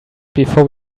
before